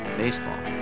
baseball